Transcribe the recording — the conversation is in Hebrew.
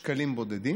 של שקלים בודדים.